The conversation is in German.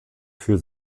für